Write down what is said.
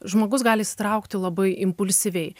žmogus gali įsitraukti labai impulsyviai